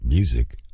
Music